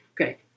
Okay